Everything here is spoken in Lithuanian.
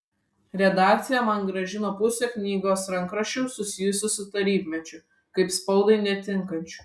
redakcija man grąžino pusę knygos rankraščių susijusių su tarybmečiu kaip spaudai netinkančių